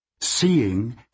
Seeing